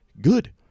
good